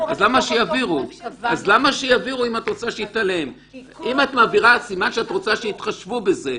אם את מעבירה סימן שאת רוצה שיתחשבו בזה.